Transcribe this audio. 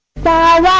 five